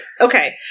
okay